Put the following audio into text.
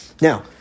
now